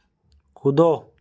कूदो